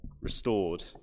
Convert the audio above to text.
restored